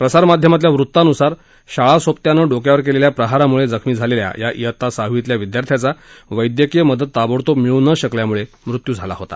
प्रसारमाध्यमातल्या वृत्तानुसार शाळा सोबत्यानं डोक्यावर केलेल्या प्रहारामुळे जखमी झालेल्या या इयत्ता सहावीतल्या विद्यार्थ्याचा वैद्यकीय मदत ताबडतोब मिळू न शकल्यामुळे मृत्यू झाला होता